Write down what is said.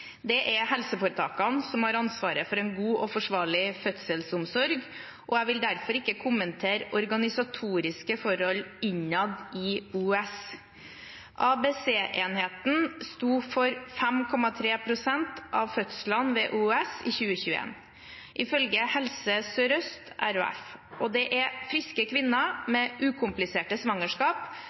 Det er helseforetakene som har ansvaret for en god og forsvarlig fødselsomsorg, og jeg vil derfor ikke kommentere organisatoriske forhold innad ved Oslo universitetssykehus, OUS. ABC-enheten sto for 5,3 pst. av fødslene ved OUS i 2021, ifølge Helse Sør-Øst RHF. Det er friske kvinner med ukompliserte svangerskap